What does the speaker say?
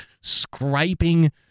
scraping